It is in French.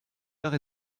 arts